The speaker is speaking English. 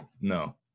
No